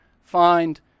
find